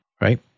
Right